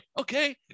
okay